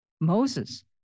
Moses